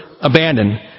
abandoned